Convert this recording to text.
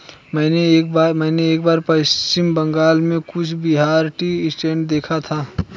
मैंने एक बार पश्चिम बंगाल में कूच बिहार टी एस्टेट देखा था